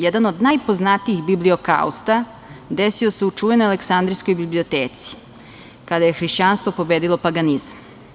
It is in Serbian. Jedan od najpoznatijih bibliokausta desio se u čuvenoj Aleksasndrijskoj biblioteci kada je hrišćanstvo pobedilo paganizam.